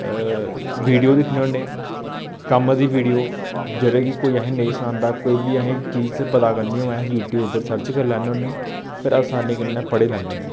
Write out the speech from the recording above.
video दिक्खने होन्ने कम्म दी वीडियो जेह्ड़े कि कोई असें ई नेईं सनांदा कोई बी असें ई चीज पता करनी होऐ यूट्यूब पर सर्च करी लैन्ने होन्ने फिर अस आसानी कन्नै पढ़ी लैन्ने होन्ने